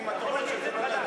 אם אתה טוען שזה לא,